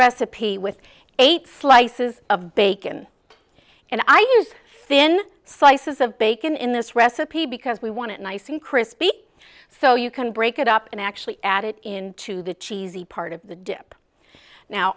recipe with eight slices of bacon and i use thin slices of bacon in this recipe because we want it nice and crispy so you can break it up and actually add it in to the cheesy part of the